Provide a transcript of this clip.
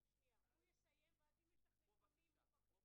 אנחנו רוצים אפס הדבקה לילדים שנולדים בארץ.